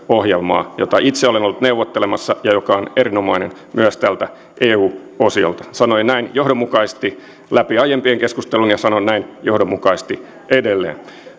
ohjelmaa jota itse olen ollut neuvottelemassa ja joka on erinomainen myös tältä eu osiolta sanoin näin johdonmukaisesti läpi aiempien keskustelujen ja sanon näin johdonmukaisesti edelleen